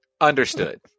Understood